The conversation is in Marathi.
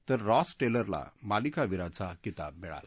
तर रॉस टेलरला मालिकावीराचा किताब मिळाला